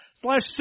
Slash